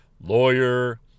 Lawyer